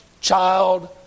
child